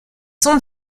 sont